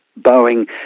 Boeing